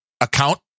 account